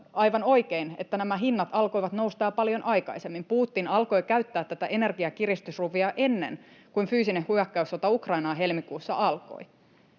että nämä hinnat alkoivat nousta jo paljon aikaisemmin. Putin alkoi käyttää tätä energiakiristysruuvia ennen kuin fyysinen hyökkäyssota Ukrainaan helmikuussa alkoi.